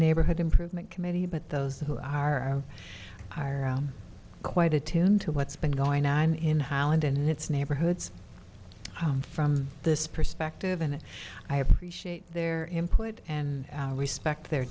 neighborhood improvement committee but those who are i around quite a tune to what's been going on in holland and it's neighborhoods from this perspective and i appreciate their input and respect their